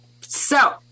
So-